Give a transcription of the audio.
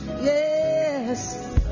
yes